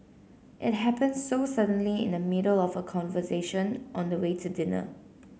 it happened so suddenly in the middle of a conversation on the way to dinner